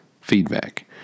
feedback